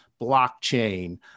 blockchain